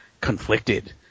conflicted